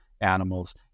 animals